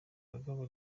bagabo